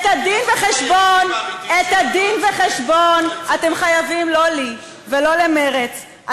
את הדין-וחשבון אתם חייבים לא לי ולא למרצ,